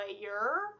layer